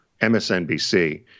MSNBC